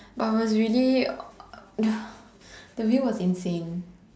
but really the view was insane